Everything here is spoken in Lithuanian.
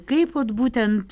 kaip vat būtent